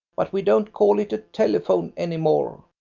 but we don't call it a telephone any more.